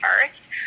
first